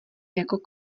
jako